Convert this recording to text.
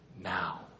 now